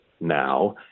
now